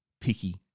picky